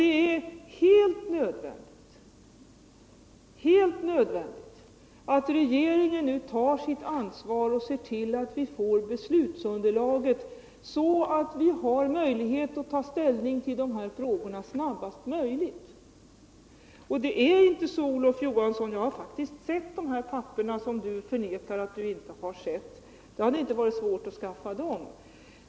Det är helt nödvändigt att regeringen nu tar sitt ansvar och skaffar fram ett beslutsunderlag, så att vi får möjlighet att ta ställning till dessa frågor snarast möjligt. Jag har vidare, Olof Johansson, faktiskt studerat de papper som du förnekar att du har sett. Det hade inte varit svårt att skaffa dem.